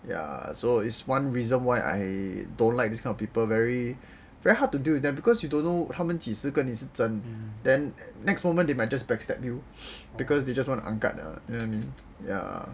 ya so is one reason why I don't like this kind of people very very hard to deal with them because you don't know 他们几时真 and then the next moment they might just back stab you because they just want to angkat the you know what I mean